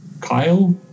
Kyle